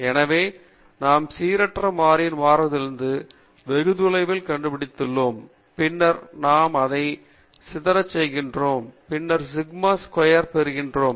எனவே நாம் சீரற்ற மாறியின் மாறுதலிலிருந்து வெகுதொலைவில் கண்டுபிடித்துள்ளோம் பின்னர் நாம் அதைச் சிதறச் செய்கிறோம் பின்னர் சிக்மா ஸ்கொயரைப் பெறுகிறோம்